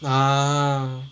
ah